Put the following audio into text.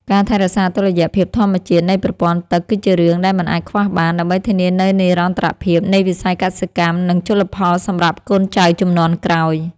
ការថែរក្សាតុល្យភាពធម្មជាតិនៃប្រព័ន្ធទឹកគឺជារឿងដែលមិនអាចខ្វះបាន ដើម្បីធានានូវនិរន្តរភាពនៃវិស័យកសិកម្ម និងជលផលសម្រាប់កូនចៅជំនាន់ក្រោយ។